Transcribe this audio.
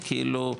היא כאילו,